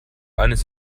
eines